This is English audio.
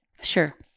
Sure